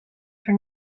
for